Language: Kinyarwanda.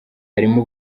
harimo